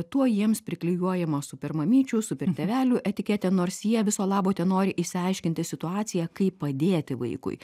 tuo jiems priklijuojama supermamyčių supertėvelių etiketė nors jie viso labo tenori išsiaiškinti situaciją kaip padėti vaikui